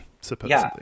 supposedly